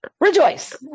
rejoice